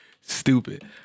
Stupid